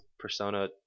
Persona